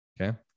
Okay